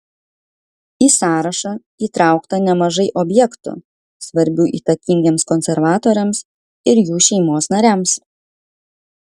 į sąrašą įtraukta nemažai objektų svarbių įtakingiems konservatoriams ir jų šeimos nariams